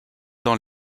dans